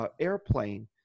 airplane –